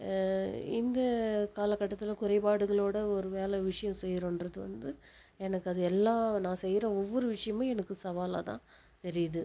இந்த காலகட்டத்தில் குறைபாடுகளோடு ஒரு வேலை விஷயம் செய்கிறோன்றது வந்து எனக்கு அது எல்லாம் நான் செய்கிற ஒவ்வொரு விஷயமும் எனக்கு சவாலாகதான் தெரியுது